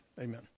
Amen